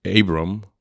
Abram